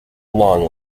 long